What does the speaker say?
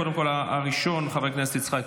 קודם כול הראשון, חבר הכנסת יצחק קרויזר,